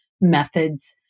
methods